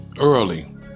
Early